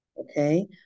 Okay